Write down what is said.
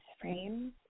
frames